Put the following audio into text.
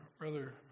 brother